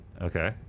okay